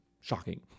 Shocking